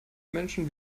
menschen